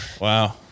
Wow